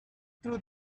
through